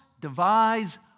devise